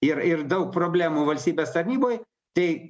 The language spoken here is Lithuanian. ir ir daug problemų valstybės tarnyboj tai